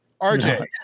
RJ